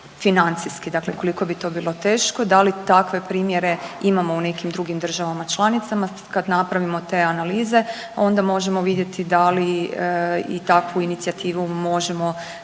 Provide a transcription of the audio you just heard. dakle koliko bi to bilo teško, da li takve primjere imamo u nekim drugim državama članicama, kad napravimo te analize onda možemo vidjeti da li i takvu inicijativu možemo